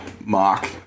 Mark